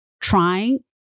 trying